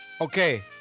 Okay